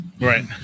Right